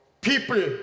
people